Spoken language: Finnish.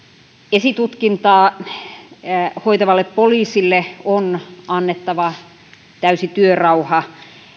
esitutkintaa hoitavalle poliisille on annettava täysi työrauha